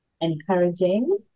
encouraging